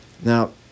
Now